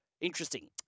Interesting